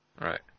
Right